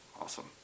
Awesome